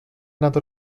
nad